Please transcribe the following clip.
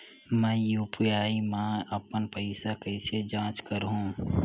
मैं यू.पी.आई मा अपन पइसा कइसे जांच करहु?